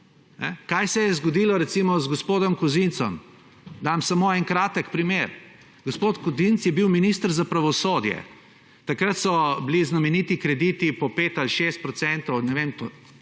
Kaj se je zgodilo recimo z gospodom Kozincem? Dam samo en kratek primer. Gospod Kozinc je bil minister za pravosodje. Takrat so bili znameniti krediti po pet ali šest procentov, ne vem